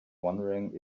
wondering